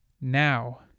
now